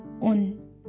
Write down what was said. on